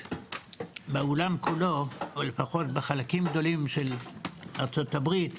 בעולם כולו או לפחות חלקים גדולים של ארצות הברית,